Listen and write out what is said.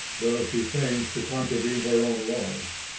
though she feigns to contravene her own laws.